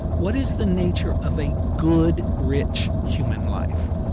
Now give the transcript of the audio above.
what is the nature of a good, rich human life?